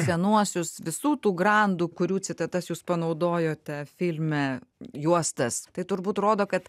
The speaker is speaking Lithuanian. senuosius visų tų grandų kurių citatas jūs panaudojote filme juostas tai turbūt rodo kad